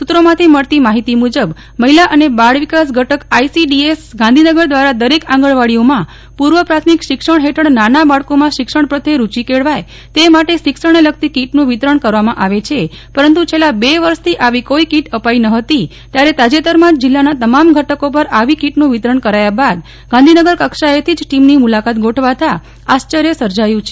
સુત્રો માંથી મળતી માહિતી મુજબ મહિલા અને બાળ વિકાસ ઘટક આઈસીડીએસ ગાંધીનગર દ્વારા દરેક આંગણવાડીઓમાં પૂર્વ પ્રાથમિક શિક્ષણ હેઠળ નાના બાળકોમાં શિક્ષણ પ્રત્યે રૂચી કેળવાય તે માટે શિક્ષણને લગતી કીટનું વિતરણ કરવામાં આવે છે પરંતુ છેલ્લા બે વર્ષથી આવી કોઈ કીટ અપાઈ ન હતી ત્યારે તાજેતરમાં જ જીલ્લાના તમામ ઘટકો પર આવી કીટનું વિતરણ કરાયા બાદ ગાંધીનગર કક્ષાએથી જ ટીમની મુલાકાત ગોઠવાતા આશ્ચર્ય સર્જાયું છે